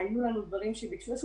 היו דברים שביקשו.